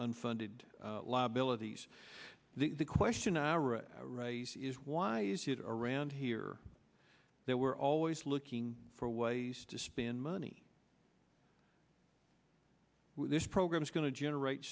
unfunded liabilities the question our race is why you see it around here that we're always looking for ways to spend money this program is going to generate